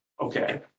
Okay